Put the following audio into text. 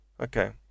Okay